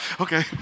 Okay